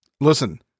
Listen